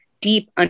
deep